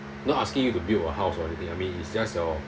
not asking you to build a house or anything I mean it's just your